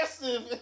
aggressive